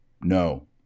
No